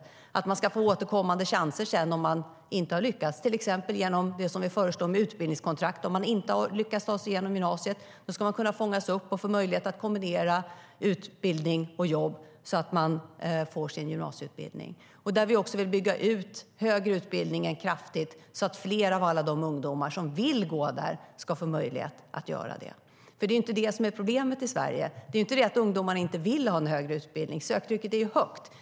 Om man inte har lyckats ska man få återkommande chanser sedan, till exempel genom utbildningskontrakt: Om man inte har lyckats ta sig igenom gymnasiet ska man kunna fångas upp och få möjlighet att kombinera utbildning och jobb så att man får sin gymnasieutbildning. Vi vill även bygga ut den högre utbildningen kraftigt så att fler av alla de ungdomar som vill gå där ska få möjlighet att göra det. Problemet i Sverige är ju inte att ungdomarna inte vill ha en högre utbildning. Söktrycket är högt.